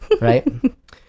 right